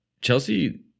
chelsea